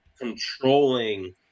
controlling